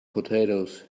potatoes